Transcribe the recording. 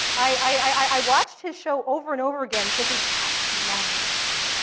i watched his show over and over again thinking, i love this man.